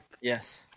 Yes